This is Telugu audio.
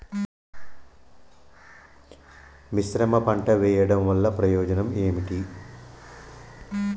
మిశ్రమ పంట వెయ్యడం వల్ల ప్రయోజనం ఏమిటి?